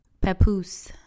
Papoose